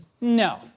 No